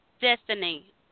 Destiny